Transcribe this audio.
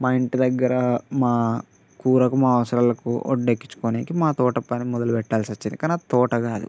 మా ఇంటి దగ్గర మా కూరకు మా అవసరాలకు ఒడ్డెక్కించుకోనీకి మా తోటపని మొదలుపెట్టాల్సొచ్చింది కానది తోట కాదు